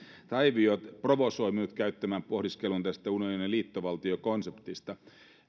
tavio provosoi minut käyttämään pohdiskelun tästä unionin liittovaltiokonseptista